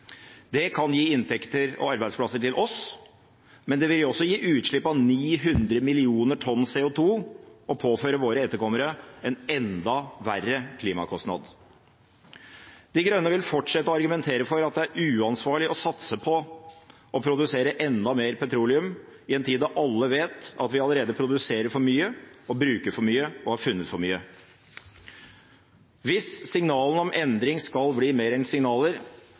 Det kan gi inntekter og arbeidsplasser til oss, men det vil også gi utslipp av 900 mill. tonn CO2 og påføre våre etterkommere en enda verre klimakostnad. De Grønne vil fortsette å argumentere for at det er uansvarlig å satse på å produsere enda mer petroleum i en tid da alle vet at vi allerede produserer for mye, bruker for mye og har funnet for mye. Hvis signalene om endring skal bli mer enn signaler,